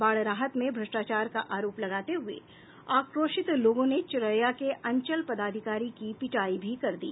बाढ़ राहत में भष्ट्रचार का आरोप लगाते हुए आक्रोशित लोगों ने चिरैया के अंचल पदाधिकारी की पिटाई भी कर दी